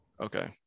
Okay